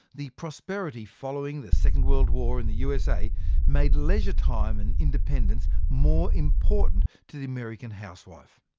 the prosperity following the second world war in the usa made leisure time and independence more important to the american housewife.